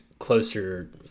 Closer